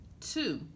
Two